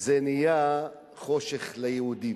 נהיה חושך ליהודים.